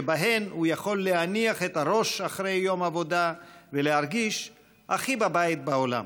שבהן הוא יכול להניח את הראש אחרי יום עבודה ולהרגיש הכי בבית בעולם.